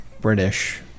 British